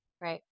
Right